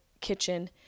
kitchen